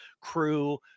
crew